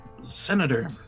Senator